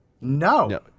No